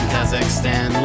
Kazakhstan